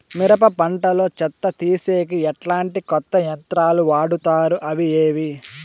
మిరప పంట లో చెత్త తీసేకి ఎట్లాంటి కొత్త యంత్రాలు వాడుతారు అవి ఏవి?